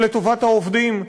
לטובת העובדים.